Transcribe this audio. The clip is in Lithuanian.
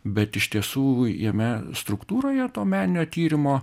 bet iš tiesų jame struktūroje to meninio tyrimo